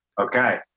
Okay